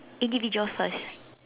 individual first